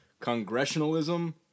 Congressionalism